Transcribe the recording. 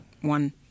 one